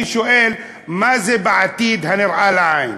אני שואל, מה זה "בעתיד הנראה לעין"?